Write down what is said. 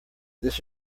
this